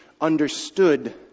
understood